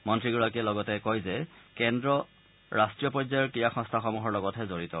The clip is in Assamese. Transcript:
মন্ত্ৰীগৰাকীয়ে লগতে কয় যে কেন্দ্ৰ ৰাষ্ট্ৰীয় পৰ্যায়ৰ ক্ৰীড়া সংস্থাসমূহৰ লগতহে জড়িত